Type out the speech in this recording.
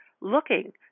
looking